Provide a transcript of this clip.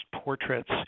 portraits